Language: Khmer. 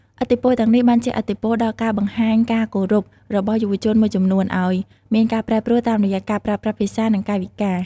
ឥទ្ធិពលទាំងនេះបានជះឥទ្ធិពលដល់ការបង្ហាញការគោរពរបស់យុវជនមួយចំនួន ឲ្យមានការប្រែប្រួលតាមរយៈការប្រើប្រាស់ភាសា និងកាយវិការ។